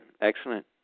excellent